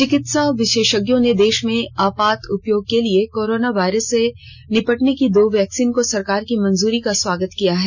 चिकित्सा विशेषज्ञों ने देश में आपात उपयोग के लिए कोरोना वायरस से निपटने की दो वैक्सीन को सरकार की मंजूरी का स्वागत किया है